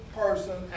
person